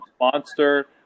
monster